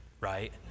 right